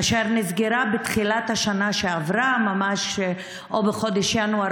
אשר נסגרה בתחילת השנה שעברה או בחודש ינואר